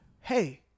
hey